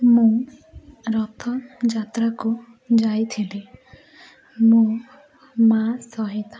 ମୁଁ ରଥ ଯାତ୍ରାକୁ ଯାଇଥିଲି ମୋ ମା ସହିତ